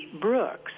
brooks